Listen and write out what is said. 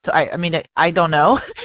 so i mean ah i don't know.